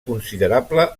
considerable